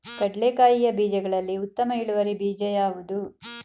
ಕಡ್ಲೆಕಾಯಿಯ ಬೀಜಗಳಲ್ಲಿ ಉತ್ತಮ ಇಳುವರಿ ಬೀಜ ಯಾವುದು?